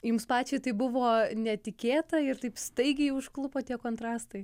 jums pačiai tai buvo netikėta ir taip staigiai užklupo tie kontrastai